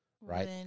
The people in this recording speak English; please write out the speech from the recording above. right